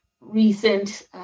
recent